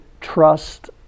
trust